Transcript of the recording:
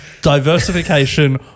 diversification